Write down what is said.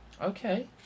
Okay